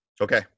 Okay